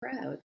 proud